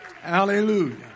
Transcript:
Hallelujah